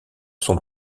sont